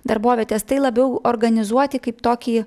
darbovietės tai labiau organizuoti kaip tokį